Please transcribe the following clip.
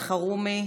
סעיד אלחרומי,